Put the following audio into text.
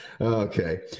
Okay